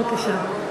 בבקשה.